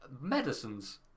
medicines